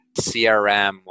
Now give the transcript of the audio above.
CRM